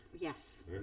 Yes